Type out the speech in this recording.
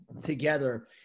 together